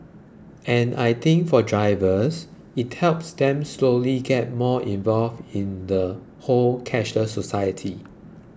and I think for drivers it helps them slowly get more involved in the whole cashless society